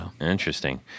interesting